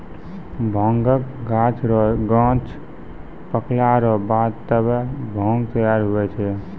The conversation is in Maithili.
भांगक गाछ रो गांछ पकला रो बाद तबै भांग तैयार हुवै छै